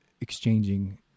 exchanging